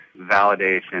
validation